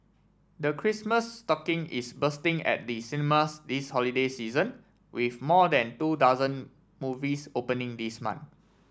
the Christmas stocking is bursting at the cinemas this holiday season with more than two dozen movies opening this month